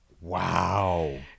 Wow